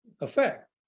effect